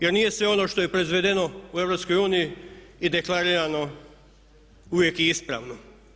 Jer nije sve ono što je proizvedeno u EU i deklarirano uvijek i ispravno.